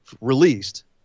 released